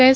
S